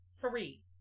three